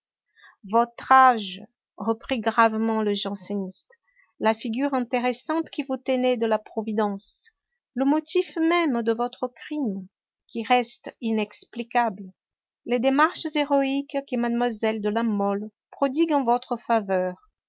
votre âge reprit gravement le janséniste la figure intéressante que vous tenez de la providence le motif même de votre crime qui reste inexplicable les démarches héroïques que mlle de la mole prodigue en votre faveur